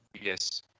Yes